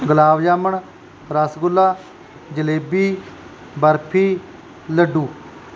ਗੁਲਾਬ jamun rasgulla jalebi barfi ਲੱਡੂ